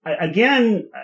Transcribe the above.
again